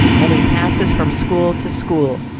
and he passes from school to school,